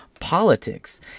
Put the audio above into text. politics